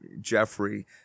Jeffrey